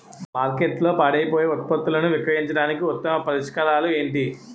మార్కెట్లో పాడైపోయే ఉత్పత్తులను విక్రయించడానికి ఉత్తమ పరిష్కారాలు ఏంటి?